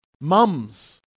Mums